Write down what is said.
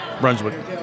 Brunswick